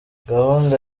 gahunda